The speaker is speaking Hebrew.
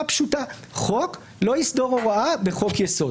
פשוטה שחוק לא יסתור הוראה בחוק יסוד.